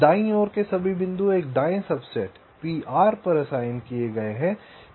दाईं ओर के सभी बिंदु एक दाएं सबसेट P R पर असाइन किए गए है